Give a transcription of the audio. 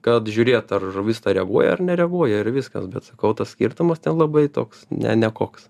kad žiūrėt ar žuvis ta reaguoja ar nereaguoja ir viskas bet sakau tas skirtumas ten labai toks ne nekoks